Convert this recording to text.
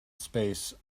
space